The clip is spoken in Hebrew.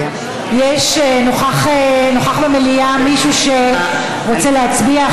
יש, נוכח במליאה מישהו שרוצה להצביע?